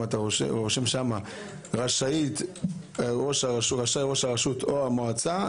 אם אתה רושם "רשאי ראש הרשות או המועצה"